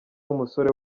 umusore